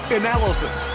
analysis